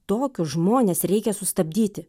tokius žmones reikia sustabdyti